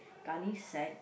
gunny sack